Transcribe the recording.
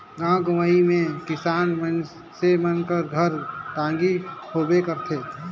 गाँव गंवई मे किसान मइनसे मन घर टागी होबे करथे